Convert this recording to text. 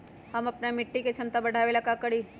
हम अपना मिट्टी के झमता बढ़ाबे ला का करी?